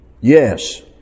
Yes